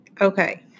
Okay